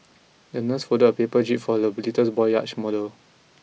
the nurse folded a paper jib for the little boy's yacht model